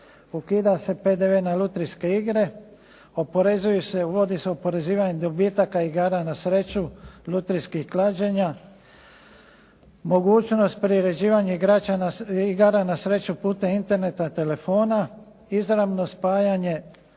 Ukida se PDV na lutrijske igre, oporezuju se, uvodi se oporezivanje dobitaka i igara na sreću, lutrijskih klađenja, mogućnost priređivanja igara na sreću putem interneta, telefona, izravno spajanje